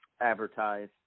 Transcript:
advertise